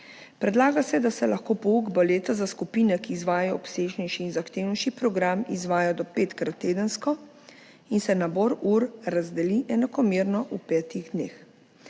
Predlaga se, da se lahko pouk baleta za skupine, ki izvajajo obsežnejši in zahtevnejši program, izvaja do petkrat tedensko in se nabor ur razdeli enakomerno v petih dneh.